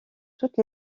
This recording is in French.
toutes